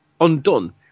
undone